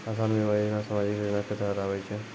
असान बीमा योजना समाजिक योजना के तहत आवै छै